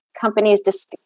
companies